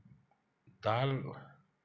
दाल